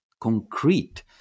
concrete